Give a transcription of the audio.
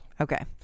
okay